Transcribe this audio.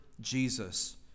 Jesus